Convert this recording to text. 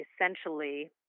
essentially